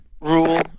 Rule